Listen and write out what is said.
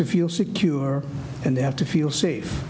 to feel secure and they have to feel safe